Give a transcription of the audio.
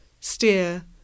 steer